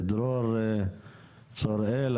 לדרור צוראל,